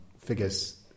figures